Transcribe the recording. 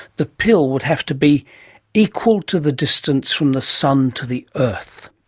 the pill would have to be equal to the distance from the sun to the earth.